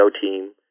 team